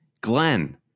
Glenn